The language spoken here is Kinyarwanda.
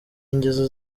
ingeso